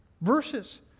verses